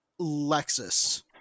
Lexus